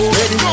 ready